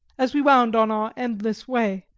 as we wound on our endless way,